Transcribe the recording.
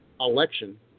election